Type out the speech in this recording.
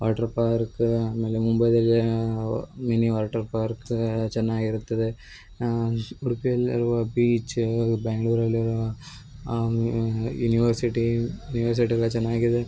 water park ಆಮೇಲೆ ಮುಂಬೈದಲ್ಲಿ mini water park ಚೆನ್ನಾಗಿರುತ್ತದೆ ಉಡುಪಿಯಲ್ಲಿರುವ ಬೀಚು ಬ್ಯಾಂಗ್ಳೂರಲ್ಲಿರುವ ಯೂನಿವರ್ಸಿಟಿ ಯೂನಿವರ್ಸಿಟಿ ಎಲ್ಲ ಚೆನ್ನಾಗಿದೆ